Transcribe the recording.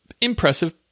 Impressive